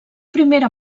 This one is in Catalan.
primera